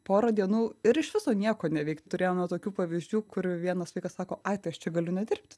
porą dienų ir iš viso nieko neveikt turėjome tokių pavyzdžių kur vienas vaikas sako ai tai aš čia galiu nedirbt